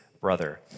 Brother